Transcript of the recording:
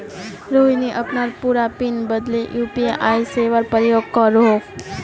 रोहिणी अपनार पूरा पिन बदले यू.पी.आई सेवार प्रयोग करोह